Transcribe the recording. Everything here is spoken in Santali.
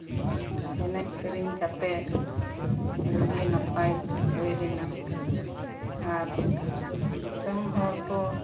ᱮᱱᱮᱡ ᱥᱮᱨᱮᱧ ᱠᱟᱛᱮ ᱟᱹᱰᱤ ᱜᱮ ᱱᱟᱯᱟᱭ ᱦᱩᱭ ᱞᱮᱱᱟ ᱟᱨ ᱫᱤᱥᱚᱢ ᱦᱚᱲ ᱠᱚ